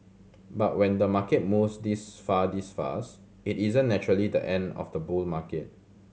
but when the market moves this far this fast it isn't naturally the end of the bull market